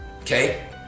okay